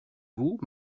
vous